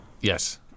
yes